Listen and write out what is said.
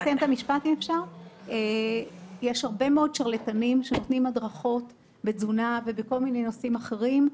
יש הרבה מאוד שרלטנים שנותנים הדרכות בתזונה ובכל מיני נושאים אחרים,